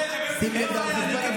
הכנסת את זה לתקציב.